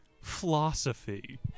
philosophy